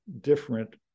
different